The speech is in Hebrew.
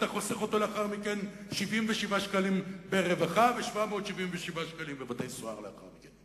אתה חוסך לאחר מכן 77 שקלים ברווחה ו-777 שקלים בבתי-סוהר לאחר מכן.